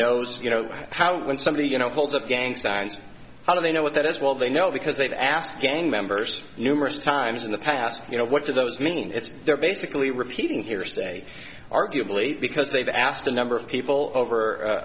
knows you know how when somebody you know holds up gang signs how do they know what that is well they know because they've asked gang members numerous times in the past you know what do those mean it's they're basically repeating hearsay arguably because they've asked a number of people over